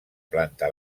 planta